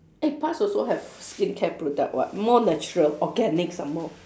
eh past also have skincare product [what] more natural organic some more